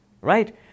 Right